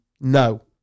No